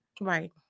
Right